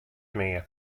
mear